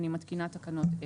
אני מתקינה תקנות אלה: